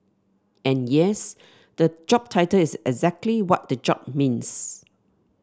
and yes the job title is exactly what the job means